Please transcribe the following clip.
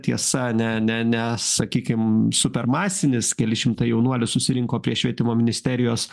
tiesa ne ne ne sakykime super masinis keli šimtai jaunuolių susirinko prie švietimo ministerijos